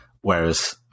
Whereas